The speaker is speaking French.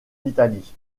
italie